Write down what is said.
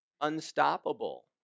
unstoppable